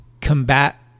combat